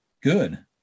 good